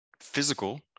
physical